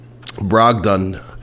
Brogdon